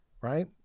Right